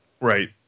Right